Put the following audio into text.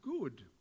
good